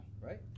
Right